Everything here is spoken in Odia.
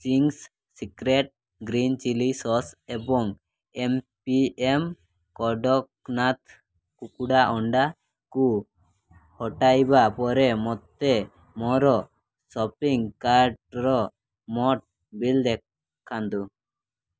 Ching's secret green chilli sauce ଏବଂ ଏମ୍ ପି ଏମ୍ କଡ଼କନାଥ କୁକୁଡ଼ା ଅଣ୍ଡାକୁ ହଟାଇବା ପରେ ମୋତେ ମୋର ସପିଙ୍ଗ୍ କାର୍ଟ୍ର ମୋଟ ବିଲ୍ ଦେଖାନ୍ତୁ